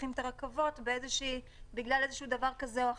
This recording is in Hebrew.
פותחים את הרכבות בגלל דבר כזה או אחר.